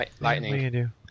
Lightning